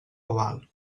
oval